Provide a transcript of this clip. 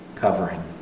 covering